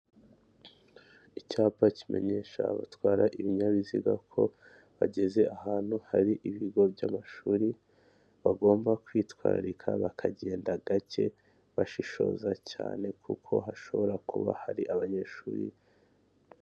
Icyapa kimenyesha abatwara ibinyabiziga ko bageze ahantu hari ibigo by'amashuri, bagomba kwitwararika, bakagenda gake, bashishoza cyane, kuko hashobora kuba hari abanyeshuri.